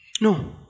No